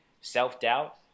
self-doubt